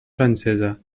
francesa